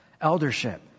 Eldership